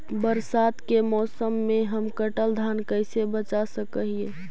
बरसात के मौसम में हम कटल धान कैसे बचा सक हिय?